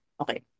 Okay